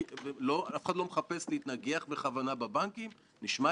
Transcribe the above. ולעשות את הדברים בצורה נוקבת ואמיתית.